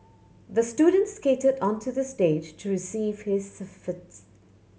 the student skated onto the stage to receive his